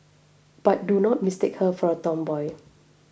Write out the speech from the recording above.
but do not mistake her for a tomboy